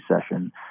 session